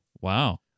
Wow